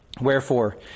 Wherefore